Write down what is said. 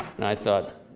and i thought,